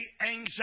anxiety